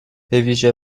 بویژه